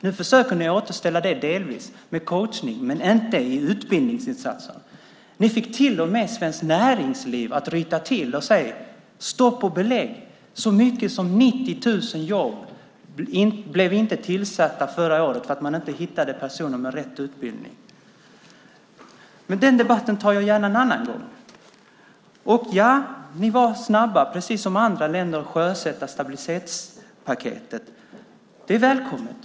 Nu försöker ni återställa det delvis med coachning men inte med utbildningsinsatser. Ni fick till och med Svenskt Näringsliv att ryta till och säga: Stopp och belägg! Så mycket som 90 000 jobb blev inte tillsatta förra året på grund av att man inte hittade personer med rätt utbildning. Men den debatten tar jag gärna en annan gång. Ja, ni var snabba, precis som andra länders regeringar, med att sjösätta stabilitetspaket. Det välkomnar jag.